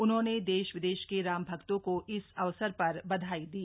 उन्होंने देश विदेश के रामभक्तों को इस अवसर पर बधाई दी